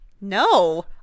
no